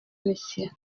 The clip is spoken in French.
messieurs